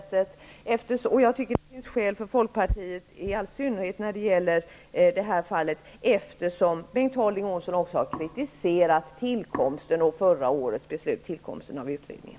Det finns ju skäl, för Folkspartiet i all synnerhet, eftersom Bengt Harding Olsson också har kritiserat förra årets beslut, nämligen tillkomsten av utredningen.